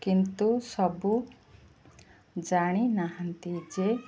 କିନ୍ତୁ ସବୁ ଜାଣିନାହାନ୍ତି ଯେ